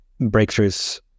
breakthroughs